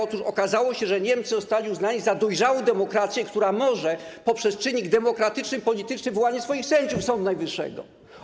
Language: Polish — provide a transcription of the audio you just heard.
Otóż okazało się, że Niemcy zostali uznani za dojrzałą demokrację, która może poprzez czynnik demokratyczny, polityczny wyłaniać swoich sędziów sądu najwyższego.